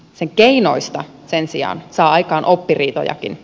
sen keinoista sen sijaan saa aikaan oppiriitojakin